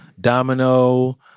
Domino